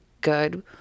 good